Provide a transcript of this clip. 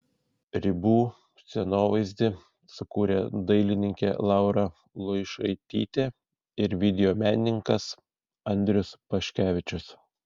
ribų scenovaizdį sukūrė dailininkė laura luišaitytė ir video menininkas andrius paškevičius